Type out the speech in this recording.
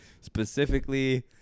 Specifically